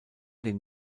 den